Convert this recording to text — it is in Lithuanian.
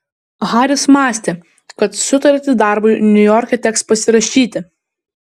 haris mąstė kad sutartį darbui niujorke teks pasirašyti